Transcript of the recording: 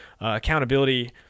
Accountability